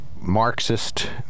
Marxist